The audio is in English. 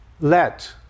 let